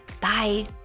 Bye